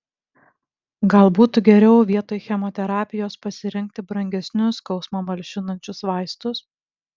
gal būtų geriau vietoj chemoterapijos pasirinkti brangesnius skausmą malšinančius vaistus